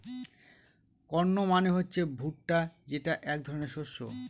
corn মানে হচ্ছে ভুট্টা যেটা এক ধরনের শস্য